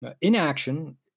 Inaction